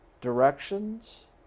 directions